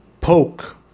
poke